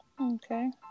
Okay